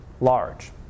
large